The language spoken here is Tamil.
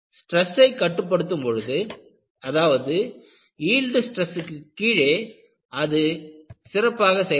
ஸ்டிரெஸ்ஸை கட்டுப்படுத்தும் பொழுது அதாவது யீல்டு ஸ்ட்ரெஸ்ஸுக்கு கீழே அது சிறப்பாக செயல்படும்